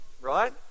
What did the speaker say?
right